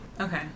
Okay